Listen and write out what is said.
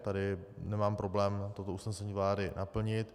Tady nemám problém toto usnesení vlády naplnit.